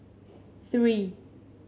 three